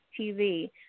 TV